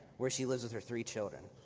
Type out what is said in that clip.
where she lives with her three children.